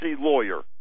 lawyer